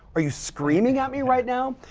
are you screaming at me right now?